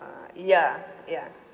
uh ya ya